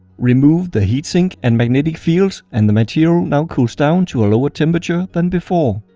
remove the heat sink and magnetic field and the material now cools down to a lower temperature than before.